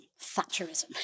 Thatcherism